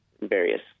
various